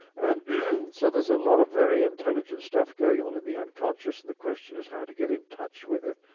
and so there's a lot of very intelligent stuff going on in the unconscious and the question is how to get in touch with it.